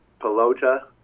Pelota